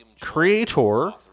creator